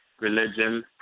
religion